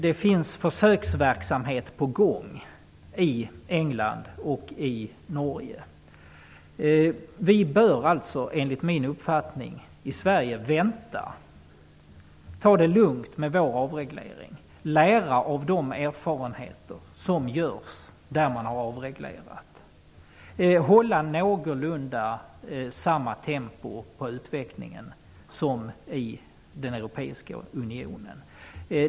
Det pågår försöksverksamhet i England och i Norge, och vi i Sverige bör enligt min uppfattning vänta och ta det lugnt med vår avreglering, lära av erfarenheterna i de länder som har avreglerat och hålla någorlunda samma tempo i utvecklingen som den europeiska unionen har.